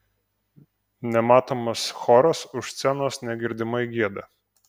nematomas choras už scenos negirdimai gieda